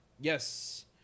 Yes